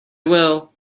will